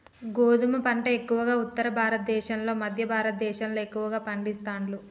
గోధుమ పంట ఎక్కువగా ఉత్తర భారత దేశం లో మధ్య భారత దేశం లో ఎక్కువ పండిస్తాండ్లు